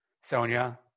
Sonia